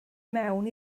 mewn